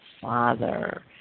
Father